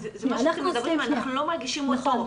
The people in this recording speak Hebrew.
מה שאתם מדברים, אנחנו לא מרגישים אותו.